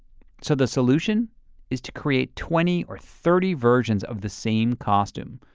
so the solution is to create twenty or thirty versions of the same costume.